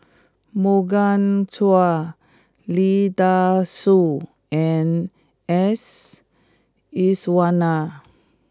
Morgan Chua Lee Dai Soh and S Iswaran